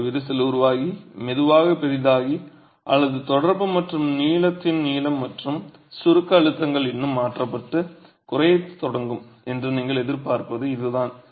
ஒரு விரிசல் உருவாகி மெதுவாக பெரிதாகி அல்லது தொடர்பு மற்றும் நீளத்தின் நீளம் மற்றும் சுருக்க அழுத்தங்கள் இன்னும் மாற்றப்பட்டு குறையத் தொடங்கும் என்று நீங்கள் எதிர்பார்ப்பது இதுதான்